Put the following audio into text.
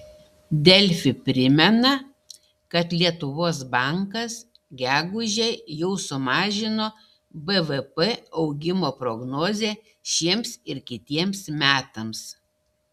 delfi primena kad lietuvos bankas gegužę jau sumažino bvp augimo prognozę šiems ir kitiems metams